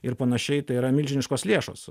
ir panašiai tai yra milžiniškos lėšos